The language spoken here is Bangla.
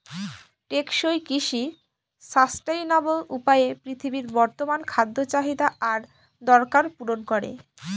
টেকসই কৃষি সাস্টেইনাবল উপায়ে পৃথিবীর বর্তমান খাদ্য চাহিদা আর দরকার পূরণ করে